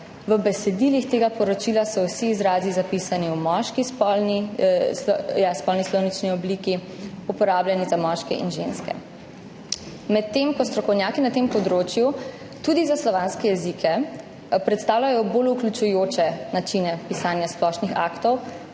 »V besedilih tega poročila so vsi izrazi, zapisani v moški slovnični obliki, uporabljeni za moške in ženske,« medtem ko strokovnjaki na tem področju, tudi za slovanske jezike, predstavljajo bolj vključujoče načine pisanja splošnih aktov.